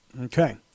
okay